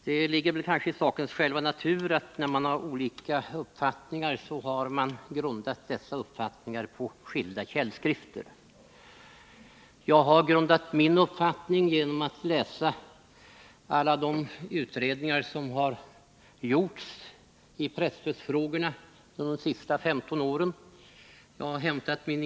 Herr talman! Det ligger kanske i sakens natur att när man har olika uppfattningar, så har man grundat dessa uppfattningar på skilda källskrifter. Jag har grundat min uppfattning på alla de utredningar som har gjorts i presstödsfrågorna under de senaste 15 åren och som jag läst.